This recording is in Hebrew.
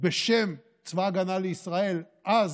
בשם צבא ההגנה לישראל אז,